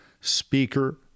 speaker